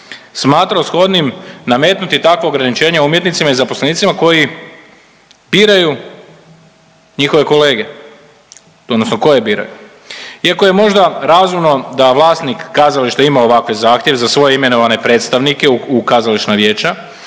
smatrao shodnim nametnuti takvo ograničenje umjetnicima i zaposlenicima koji biraju njihove kolege odnosno koje biraju. Iako je možda razumno da vlasnik kazališta ima ovakve zahtjeve za svoje imenovane predstavnike u kazališna vijeća